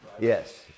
Yes